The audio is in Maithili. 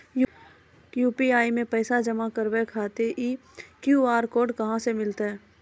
यु.पी.आई मे पैसा जमा कारवावे खातिर ई क्यू.आर कोड कहां से मिली?